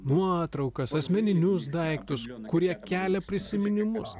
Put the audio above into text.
nuotraukas asmeninius daiktus kurie kelia prisiminimus